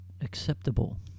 acceptable